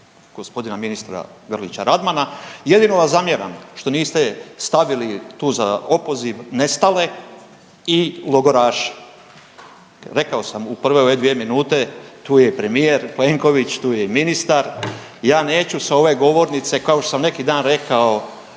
opoziv g. ministra Grlić Radmana. Jedino vam zamjeram što niste stavili tu za opoziv nestale i logoraše. Rekao sam u prve ove dvije minute, tu je i premijer Plenković, tu je i ministar. Ja neću s ove govornice, kao što sam neki dan rekao,